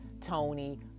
Tony